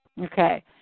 Okay